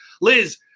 Liz